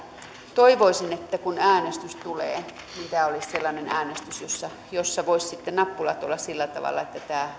toivoisin että kun äänestys tulee tämä olisi sellainen äänestys jossa jossa voisivat sitten nappulat olla sillä tavalla että